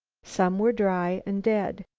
some were dry and dead.